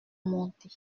monter